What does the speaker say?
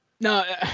No